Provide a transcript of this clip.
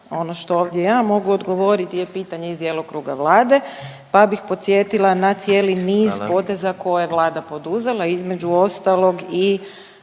Ono što ovdje ja mogu odgovoriti je pitanje iz djelokruga Vlade, pa bih podsjetila na cijeli niz poteza koje je Vlada poduzela između ostalog i